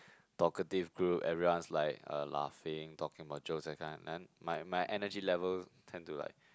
talkative group everyone is like uh laughing talking about jokes that kind then my my energy level tend to like